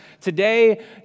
today